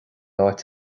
áit